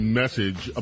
message